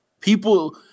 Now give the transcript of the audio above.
People